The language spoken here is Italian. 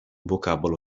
vocabolo